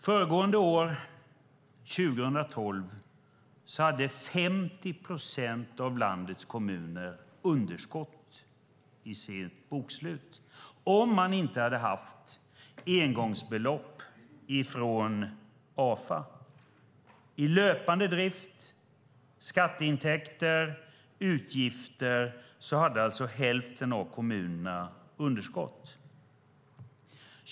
Föregående år, 2012, hade 50 procent av landets kommuner underskott i sitt bokslut om man inte hade haft engångsbelopp från Afa. I löpande drift, skatteintäkter och utgifter hade alltså hälften av kommunerna underskott.